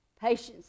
Patience